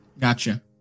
Gotcha